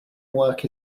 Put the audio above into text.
work